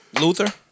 Luther